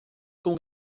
com